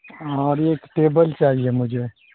اور ایک ٹیبل چاہیے مجھے